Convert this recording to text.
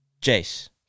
Jace